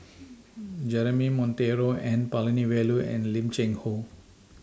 Jeremy Monteiro N Palanivelu and Lim Cheng Hoe